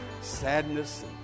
sadness